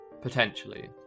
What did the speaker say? Potentially